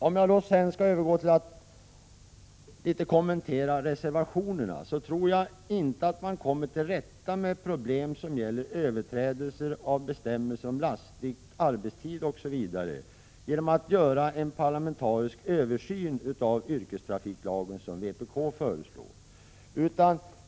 Om jag sedan skall övergå till att något kommentera reservationerna, tror jag inte att man kommer till rätta med problem som gäller överträdelser av bestämmelser om lastvikt, arbetstid osv. genom att göra en parlamentarisk översyn av yrkestrafiklagen som vpk föreslår.